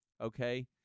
okay